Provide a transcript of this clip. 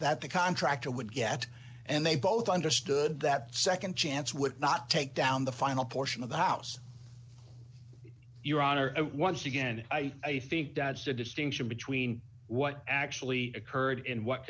that the contractor would get and they both understood that nd chance would not take down the final portion of the house your honor and once again i think dad's the distinction between what actually occurred in what